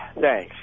Thanks